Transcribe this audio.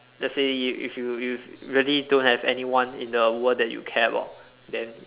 let's say if if you you really don't have anyone in the world that you care about then